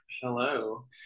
hello